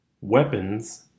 weapons